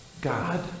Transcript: God